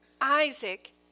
Isaac